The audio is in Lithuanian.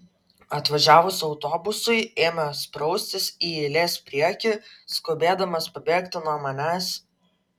atvažiavus autobusui ėmė spraustis į eilės priekį skubėdamas pabėgti nuo manęs